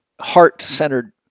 heart-centered